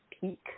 peak